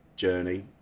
journey